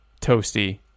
toasty